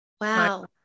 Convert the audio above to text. Wow